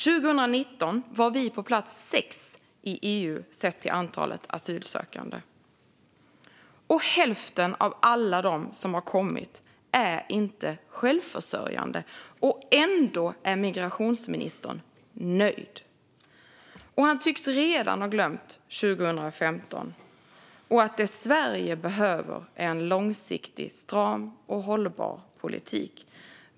År 2019 var vi på plats sex i EU sett till antalet asylsökande. Och hälften av alla som har kommit är inte självförsörjande. Ändå är migrationsministern nöjd. Han tycks redan ha glömt 2015 och att det som Sverige behöver är en långsiktig, stram och hållbar politik.